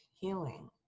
healing